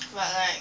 but like